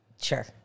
sure